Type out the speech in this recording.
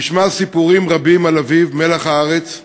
הוא ישמע סיפורים רבים על אביו, מלח הארץ,